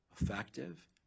effective